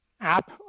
app